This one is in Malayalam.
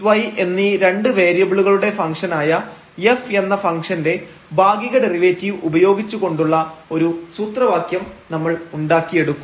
xy എന്നീ രണ്ട് വേരിയബിളുകളുടെ ഫംഗ്ഷനായ f എന്ന ഫംഗ്ഷൻറെ ഭാഗിക ഡെറിവേറ്റീവ് ഉപയോഗിച്ചു കൊണ്ടുള്ള ഒരു സൂത്രവാക്യം നമ്മൾ ഉണ്ടാക്കി എടുക്കും